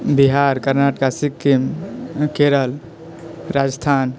Bihar Karnataka Sikkim Kerala Rajasthan